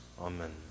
Amen